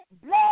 blood